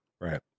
right